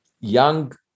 young